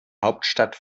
hauptstadt